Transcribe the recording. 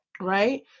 right